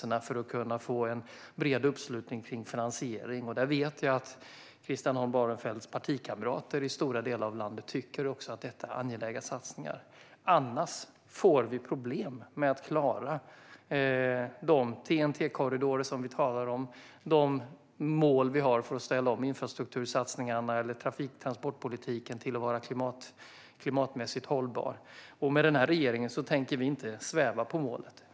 Det handlar om att kunna få en bred uppslutning kring finansiering - jag vet att Christian Holm Barenfelds partikamrater i stora delar av landet tycker att detta är angelägna satsningar. Annars får vi problem med att klara de TEN-T-korridorer som vi talar om och de mål som vi har när det gäller att ställa om infrastruktursatsningarna eller transportpolitiken så att det blir klimatmässigt hållbart. Denna regering tänker inte sväva på målet.